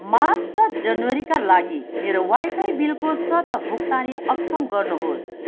March र जनवरीका लागि मेरो वाइफाई बिलको स्वत भुक्तानी अक्षम गर्नुहोस्